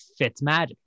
Fitzmagic